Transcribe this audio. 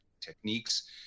techniques